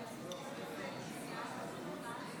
42 בעד,